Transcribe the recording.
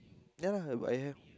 ya lah I have